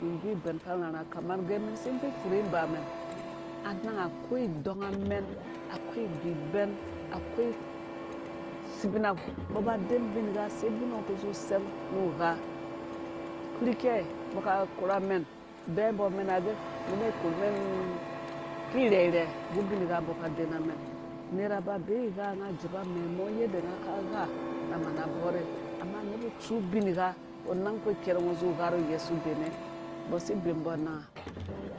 Umɛn igu ibɛn karharha kama gɛ umɛn si ibvui ipfuri ingbamɛn ananga akoi idɔng amɛn akoi igu ibɛn akoi sebina umbɔ aba aden ubingha go sai ubingo uku zu usɛng nu ugha kuri kɛi umbɔ aka akora umɛn adoyi wambɔ umɛn agɛ niba ikorumɛn ki rhɛrhɛ nggu ubingha umbɔ ka adena umɛn unera aba abee igha unga adzeba mɛmɔ yede unga ke igha na mana abore ama niba utsu ubingha kpɔ unang kp ikerngo ungo uzu ugha ru uyesu dene umbɔ sibemumbɔ ananga